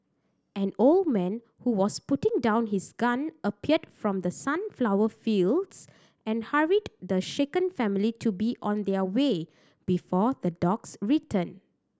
an old man who was putting down his gun appeared from the sunflower fields and hurried the shaken family to be on their way before the dogs return